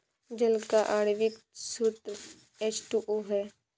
जल का आण्विक सूत्र एच टू ओ है